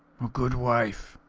a good wife.